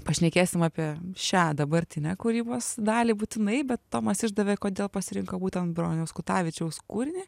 pašnekėsim apie šią dabartinę kūrybos dalį būtinai bet tomas išdavė kodėl pasirinko būtent broniaus kutavičiaus kūrinį